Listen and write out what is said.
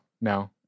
no